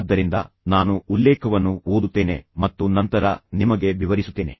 ಆದ್ದರಿಂದ ನಾನು ಉಲ್ಲೇಖವನ್ನು ಓದುತ್ತೇನೆ ಮತ್ತು ನಂತರ ನಿಮಗೆ ವಿವರಿಸುತ್ತೇನೆ